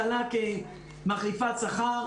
מטפלות בקשישים,